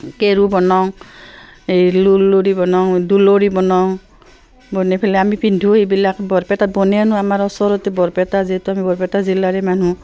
কেৰু বনাওঁ এই লোৰ লৰি বনাওঁ দুলৰি বনাওঁ বনাই পেলাই আমি পিন্ধোঁ এইবিলাক বৰপেটাত বনেই আনোঁ আমাৰ ওচৰতে বৰপেটা যিহেতু আমি বৰপেটা জিলাৰে মানুহ